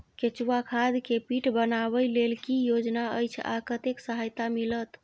केचुआ खाद के पीट बनाबै लेल की योजना अछि आ कतेक सहायता मिलत?